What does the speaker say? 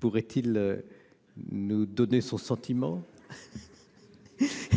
pourrait-il nous donner son sentiment à